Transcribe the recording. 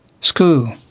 school